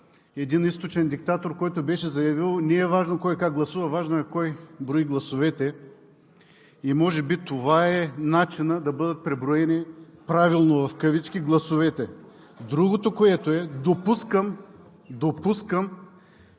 един източен диктатор, който беше заявил: „Не е важно кой как гласува, важно е кой брои гласовете.“ Може би това е начинът да бъдат преброени правилно в кавички гласовете. Другото, което е, допускам, напълно